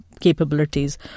capabilities